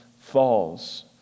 falls